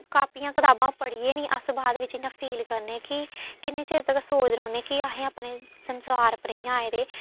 कापियां कताबां पढ़ियै निं अस बाद बिच्च इ'यां फील करनें कि किन्नै चिर तक्कर सोचदे रौह्न्नें कि अस अपने संसार पर इ'यां आए दे